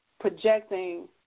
projecting –